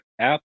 app